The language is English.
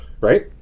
right